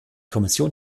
kommission